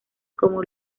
como